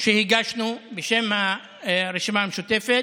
שהגשנו בשם הרשימה המשותפת,